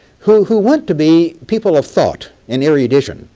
who who want to be people of thought, and erudition,